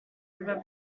river